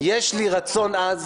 יש לי רצון עז